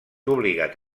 obligat